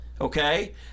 okay